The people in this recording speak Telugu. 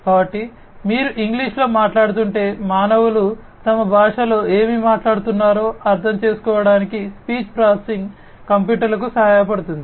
కాబట్టి మీరు ఇంగ్లీషులో మాట్లాడుతుంటే మానవులు తమ భాషలో ఏమి మాట్లాడుతున్నారో అర్థం చేసుకోవడానికి స్పీచ్ ప్రాసెసింగ్ కంప్యూటర్లకు సహాయపడుతుంది